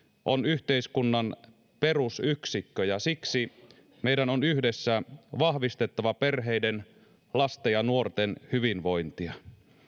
on yhteiskunnan perusyksikkö ja siksi meidän on yhdessä vahvistettava perheiden lasten ja nuorten hyvinvointia